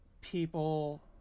people